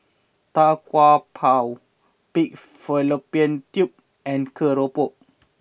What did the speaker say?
Tau Kwa Pau Pig Fallopian Tubes and Keropok